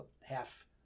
half